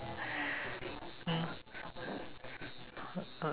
mm mm